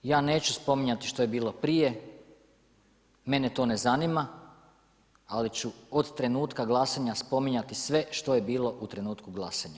Ja neću spominjati što je bilo prije, mene to ne zanima ali ću od trenutka glasanja spominjati sve što je bilo u trenutku glasanja.